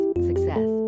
success